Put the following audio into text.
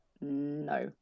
no